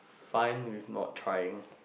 fine with not trying